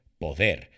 poder